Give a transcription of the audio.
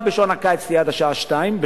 העבודה בשעות הקיץ תהיה עד השעה 14:00,